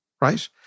right